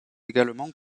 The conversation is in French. également